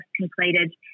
completed